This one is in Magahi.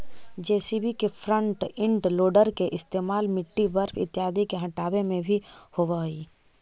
जे.सी.बी के फ्रन्ट इंड लोडर के इस्तेमाल मिट्टी, बर्फ इत्यादि के हँटावे में भी होवऽ हई